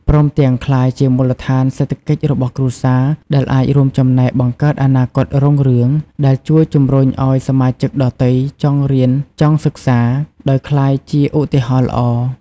ព្រមទាំង ក្លាយជាមូលដ្ឋានសេដ្ឋកិច្ចរបស់គ្រួសារ ដែលអាចរួមចំណែកបង្កើតអនាគតរុងរឿង ដែលជួយជំរុញឲ្យសមាជិកដទៃចង់រៀនចង់សិក្សា ដោយក្លាយជាឧទាហរណ៍ល្អ។